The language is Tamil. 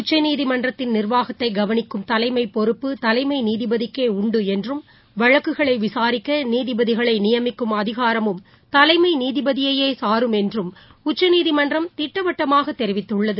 உச்சநீதிமன்றத்தின் நா்வாகத்தைகவளிக்கும் தலைமைபொறுப்பு தலைமைநீதிபதிக்கேஉண்டுஎன்றும் வழக்குகளைவிசாரிக்கநீதிபதிகளைநியமிக்கும் அதிகாரமும் தலைமைநீதிபதியேசாரும் என்றும் உச்சநீதிமன்றம் திட்டவட்டமாகதெரிவித்துள்ளது